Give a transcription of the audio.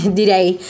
direi